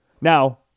Now